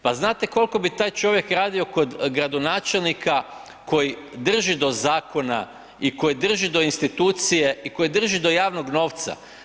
Pa znate koliko bi taj čovjek radio kod gradonačelnika koji drži do zakona i koji drži do institucije i koji drži do javnog novca?